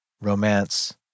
Romance